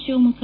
Shivamogga